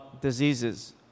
diseases